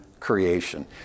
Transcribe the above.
creation